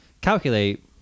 calculate